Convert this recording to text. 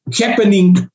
happening